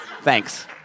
thanks